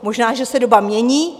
Možná že se doba mění.